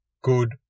good